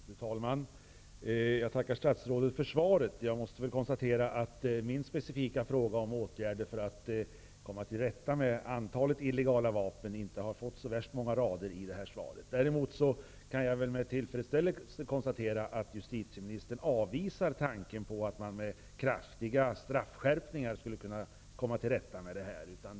Fru talman! Jag tackar statsrådet för svaret, men jag måste konstatera att min specifika fråga om åtgärder för att komma till rätta med antalet illegala vapen inte har fått så värst många rader i svaret. Däremot kan jag med tillfredsställelse konstatera att justitieministern avvisar tanken på att man med kraftiga straffskärpningar skulle kunna komma till rätta med problemet.